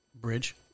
Bridge